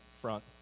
front